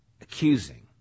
accusing